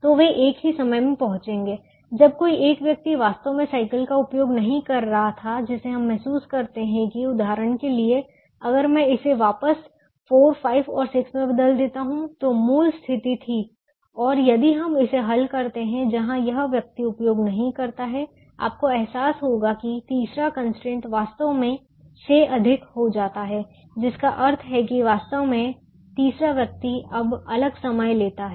तो वे एक ही समय में पहुंचेंगे जब कोई एक व्यक्ति वास्तव में साइकिल का उपयोग नहीं कर रहा था जिसे हम महसूस करते हैं कि उदाहरण के लिए अगर मैं इसे वापस 4 5 और 6 में बदल देता हूं जो मूल स्थिति थी और यदि हम इसे हल करते हैं जहां यह व्यक्ति उपयोग नहीं करता है आपको एहसास होगा कि तीसरा कंस्ट्रेंट वास्तव में से अधिक हो जाता है जिसका अर्थ है कि वास्तव में तीसरा व्यक्ति अब अलग समय लेता है